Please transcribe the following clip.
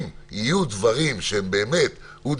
אם יהיו דברים שהם באמת, אודי,